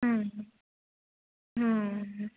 ಹ್ಞೂ ಹ್ಞೂ